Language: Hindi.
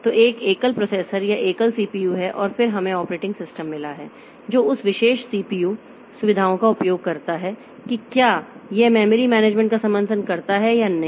तो एक एकल प्रोसेसर या एकल सीपीयू है और फिर हमें ऑपरेटिंग सिस्टम मिला है जो उस विशेष सीपीयू सुविधाओं का उपयोग करता है कि क्या यह मेमोरी मैनेजमेंट का समर्थन करता है या नहीं